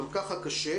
גם ככה קשה.